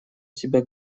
себя